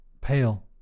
pale